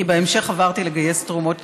כי בהמשך עברתי לגייס תרומות קטנות.